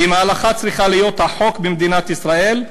אם ההלכה צריכה להיות החוק במדינת ישראל,